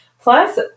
Plus